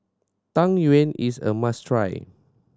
Tang Yuen is a must try